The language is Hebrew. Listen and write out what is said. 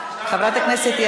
תודה רבה, חברת הכנסת ענת ברקו.